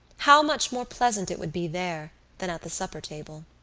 how much more pleasant it would be there than at the supper-table!